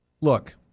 look